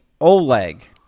Oleg